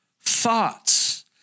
thoughts